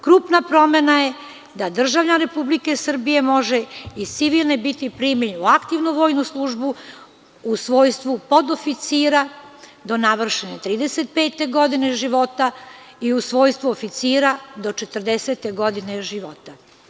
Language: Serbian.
Krupna promena je da državljanin Republike Srbije iz civilne biti primljen u aktivnu vojnu službu u svojstvu podoficira do navršene 35 godine života i u svojstvu oficira do 40-te godine života.